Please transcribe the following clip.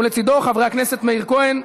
ולצידו חברי הכנסת מאיר כהן,